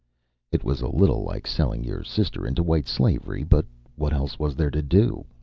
it was a little like selling your sister into white slavery, but what else was there to do?